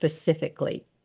specifically